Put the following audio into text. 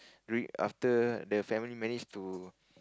during after the family manage to